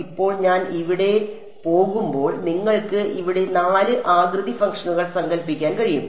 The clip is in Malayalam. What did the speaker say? ഇപ്പോൾ ഞാൻ ഇവിടെ പോകുമ്പോൾ നിങ്ങൾക്ക് ഇവിടെ നാല് ആകൃതി ഫംഗ്ഷനുകൾ സങ്കൽപ്പിക്കാൻ കഴിയും